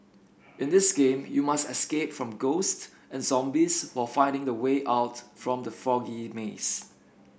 in this game you must escape from ghost and zombies while finding the way out from the foggy maze